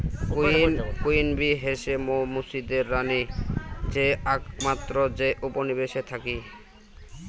queen bee হসে মৌ মুচিদের রানী যে আকমাত্র যে উপনিবেশে থাকি